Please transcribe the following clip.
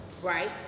right